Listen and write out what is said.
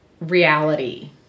reality